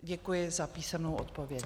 Děkuji za písemnou odpověď.